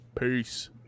Peace